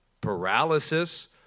paralysis